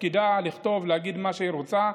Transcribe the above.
תפקידה לכתוב, להגיד מה שהיא רוצה.